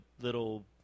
little